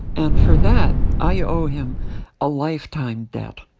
and for that, i owe him a lifetime debt.